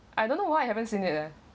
I don't know why I haven't seen it lah